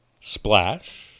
splash